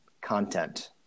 content